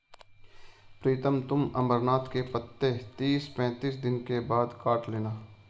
प्रीतम तुम अमरनाथ के पत्ते तीस पैंतीस दिन के बाद काट लेना